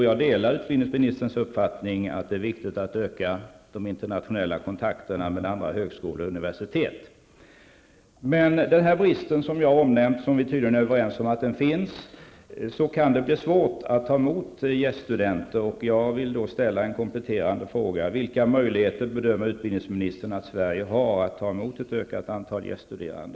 Jag delar hans uppfattning att det är viktigt att öka de internationella kontakterna med andra högskolor och universitet. Med denna brist, som jag har omnämnt och som vi tydligen är överens om finns, kan det bli svårt att ta emot gäststudenter, och jag vill då ställa en kompletterande fråga: Vilka möjligheter bedömer utbildningsministern att Sverige har att ta emot ett ökat antal gäststuderande?